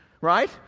right